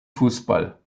fußball